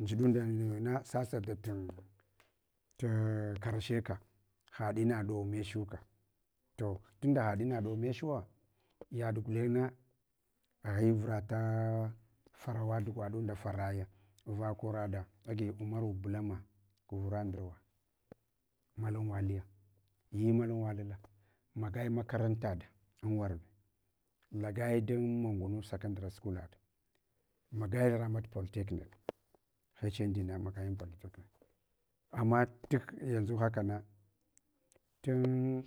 Ndʒiɗunda munyana sasadatun ta karshe ka ha ma ɗow mechuka. To tunda ha ina ɗow mechwa. Yaɗ gulengna a ghivurata tarawa gwadunda farraya, va kuraɗa, agi umary bulama guvura ndurwa mallan wahiya, schoola da magai ramat polytechnic. Hnd na magai an polytechnic. Amma du yanʒu hakana, tun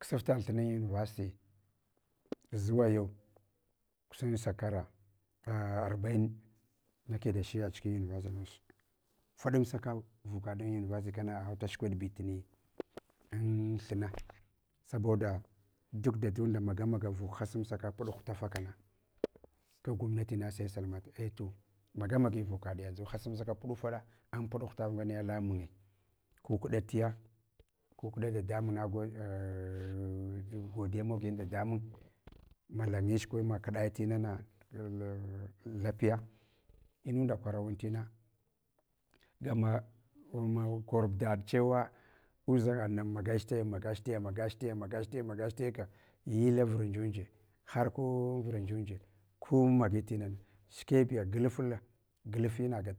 ksuftaɗ zuwa yau kusan shekara arbain nike dashi acikin university ufaɗamsa vukaɗ an university agha agha da shulkweɗ bitni, amthina saboda hashamsaka puɗ hutafakana kag gwamnati sai salamat. Ei to maga magi vukada yanʒu hashamsaka puɗu faɗa an puɗ hutaf angne lamunye, ye mogin dadamun, malayinch ko ma keɗau tina naɗ tapiya, inawandu kwara wuntuna, makordad chewa udʒangaɗna magach taya, magach taya, magach taya, magach taya, magach tayaka, yillan vurndʒu dʒe ko vurdʒudʒe ku magutina shkebiya, glafla, glafe nagatmin.